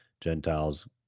Gentiles